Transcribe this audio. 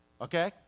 Okay